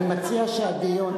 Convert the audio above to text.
אני מציע שהדיון,